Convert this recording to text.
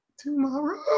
Tomorrow